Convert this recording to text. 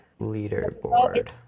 Leaderboard